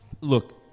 look